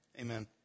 Amen